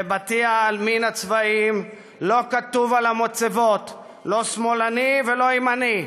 בבתי העלמין הצבאיים לא כתוב על המצבות לא "שמאלני" ולא "ימני",